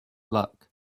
luck